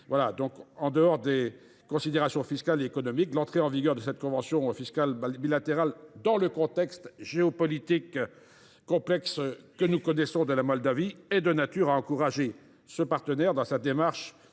En dehors des considérations fiscales et économiques, l’entrée en vigueur de cette convention fiscale bilatérale, dans le contexte géopolitique complexe que nous connaissons, est de nature à encourager la Moldavie dans sa démarche